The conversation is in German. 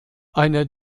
einer